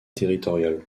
territorial